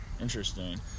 interesting